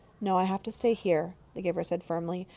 no. i have to stay here, the giver said firmly.